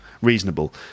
reasonable